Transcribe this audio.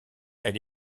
elle